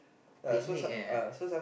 picnic eh